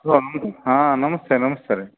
ಹಾಂ ನಮಸ್ತೆ ನಮಸ್ತೆ ರೀ